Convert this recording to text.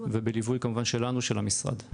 ובליווי כמובן שלנו, של המשרד.